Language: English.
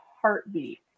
heartbeat